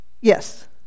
Yes